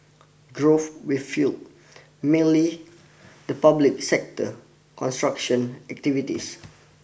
growth with fuelled mainly the public sector construction activities